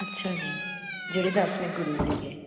ਅੱਛਾ ਜੀ ਜਿਹੜੇ ਦਸਵੇਂ ਗੁਰੂ ਸੀਗੇ